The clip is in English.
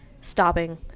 stopping